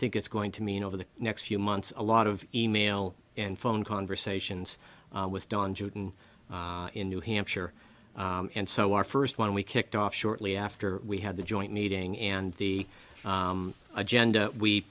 think it's going to mean over the next few months a lot of e mail and phone conversations with don jordan in new hampshire and so our first one we kicked off shortly after we had the joint meeting and the agenda we